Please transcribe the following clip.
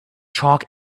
chalk